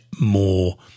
more